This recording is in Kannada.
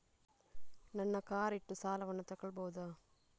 ನನ್ನ ಕಾರ್ ಇಟ್ಟು ಸಾಲವನ್ನು ತಗೋಳ್ಬಹುದಾ?